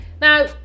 Now